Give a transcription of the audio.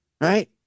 right